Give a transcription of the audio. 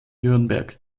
nürnberg